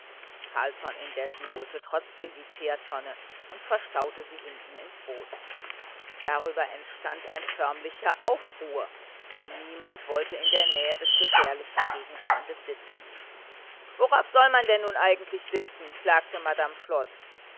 carlsson indessen holte trotzdem die teertonne und verstaute sie hinten ins boot darüber entstand ein förmlicher aufruhr denn niemand wollte in der nähe des gefährlichen gegenstandes sitzen worauf soll man denn eigentlich sitzen klagte madame flod